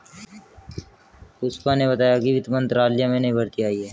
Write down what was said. पुष्पा ने बताया कि वित्त मंत्रालय में नई भर्ती आई है